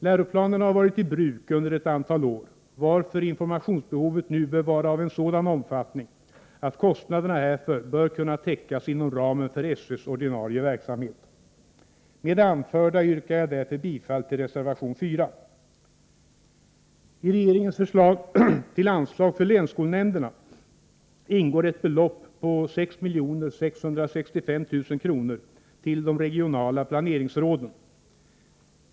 Läroplanen har varit i bruk under ett antal år, varför informationsbehovet nu bör vara av en sådan omfattning att kostnaderna härför bör kunna täckas inom ramen för SÖ:s ordinarie verksamhet. Med det anförda yrkar jag därför bifall till reservation 4. I regeringens förslag till anslag för länsskolnämnderna ingår ett belopp på 6,665 milj.kr. till de regionala planeringsråden.